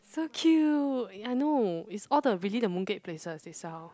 so cute I know it's all the really the mooncake places they sell